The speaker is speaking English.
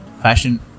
fashion